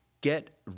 get